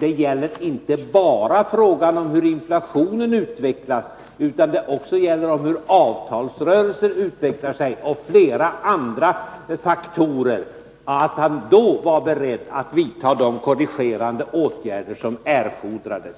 Det gäller inte enbart frågan om hur inflationen utvecklas, utan det gäller också hur avtalsrörelser utvecklar sig, och flera andra faktorer. Han var då beredd att vidta de korrigerande åtgärder som erfordrades.